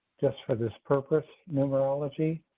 just for this purpose, numerology